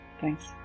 Thanks